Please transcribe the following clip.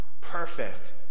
Perfect